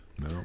No